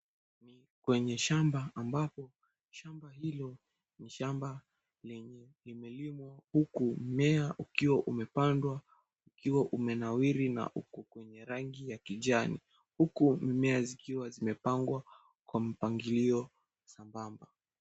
Ni kwenye shamba ambapo shamba hilo ni shamba lenye limelimwa huku mimea ukiwa umepandwa ukiwa umenawiri na uko kwenye rangi ya kijani huku mimea zikiwa zimepangwa kwa mpangilio sambamba.